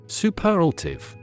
superlative